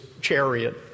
chariot